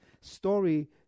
story